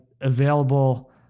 available